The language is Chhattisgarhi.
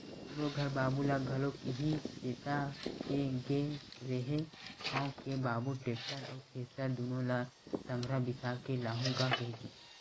हमरो घर बाबू ल घलोक इहीं चेता के गे रेहे हंव के बाबू टेक्टर अउ थेरेसर दुनो ल संघरा बिसा के लाहूँ गा कहिके